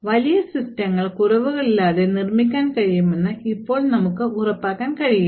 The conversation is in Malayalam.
വലിയ സിസ്റ്റങ്ങൾ കുറവുകളില്ലാതെ നിർമ്മിക്കാൻ കഴിയുമെന്ന് ഇപ്പോൾ നമുക്ക് ഉറപ്പാക്കാൻ കഴിയില്ല